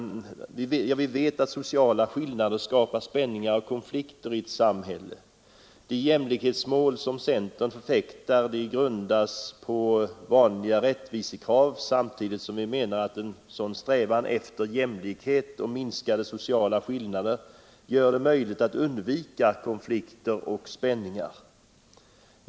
Vi vet att sociala skillnader skapar spänningar och konflikter i ett samhälle. De jämlikhetsmål som centern förfäktar grundas på vanliga rättvisekrav, samtidigt som vi menar att en sådan strävan efter jämlikhet och minskade sociala skillnader gör det möjligt att undvika konflikter och spänningar.